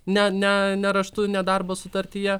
ne ne ne raštu ne darbo sutartyje